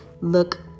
look